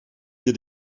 wir